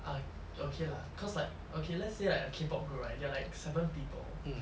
ah okay lah cause like okay let's say like a K pop group right there are like seven people